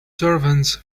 servants